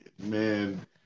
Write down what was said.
man